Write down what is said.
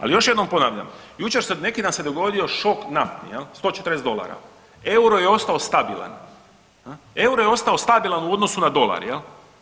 Ali još jednom ponavljam, jučer se, neki dan se dogodio šok nafti 140 dolara, euro je ostao stabilan, euro je ostao stabilan u odnosu na dolar jel.